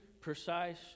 precise